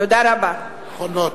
נכון מאוד.